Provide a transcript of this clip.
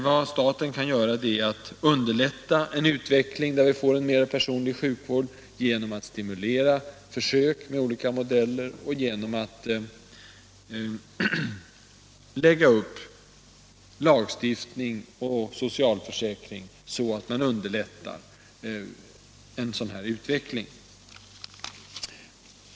Vad staten kan göra är att underlätta en utveckling mot en mera personlig sjukvård genom att stimulera försök med olika modeller, och genom att lägga upp lagstiftning och socialförsäkring så att detta syfte gagnas.